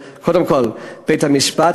קודם כול של בית-המשפט,